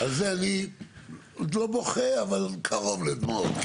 על זה אני לא בוכה, אבל קרוב לדמעות.